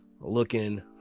looking